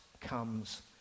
comes